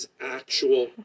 actual